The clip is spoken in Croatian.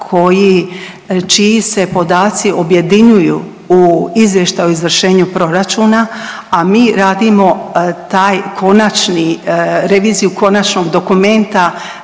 čiji se podaci objedinjuju u izvještaju o izvršenju proračuna, a mi radimo taj konačni, reviziju konačnog dokumenta